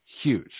huge